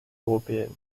européennes